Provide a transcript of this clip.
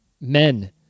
Men